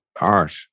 art